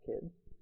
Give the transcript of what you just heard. kids